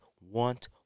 want